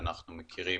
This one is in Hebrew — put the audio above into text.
שאנחנו מכירים,